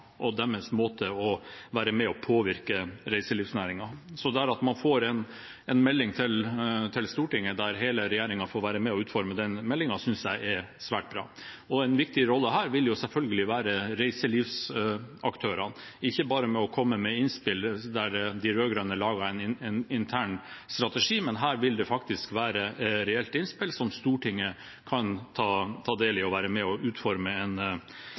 og deres måte å være med på å påvirke reiselivsnæringen. Så det at man får en melding til Stortinget, der hele regjeringen får være med og utforme den meldingen, synes jeg er svært bra. Og en viktig rolle her vil jo selvfølgelig reiselivsaktørene ha, ikke bare ved å komme med innspill, der de rød-grønne laget en intern strategi, men her vil det faktisk være reelt innspill som Stortinget kan ta del i, og være med og utforme en